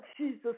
Jesus